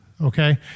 Okay